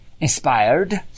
inspired